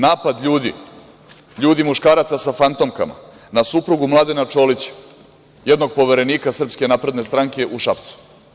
Napad ljudi, ljudi muškaraca sa fantomkama na suprugu Mladena Čolića, jednog poverenika Srpske napredne stranke u Šapcu.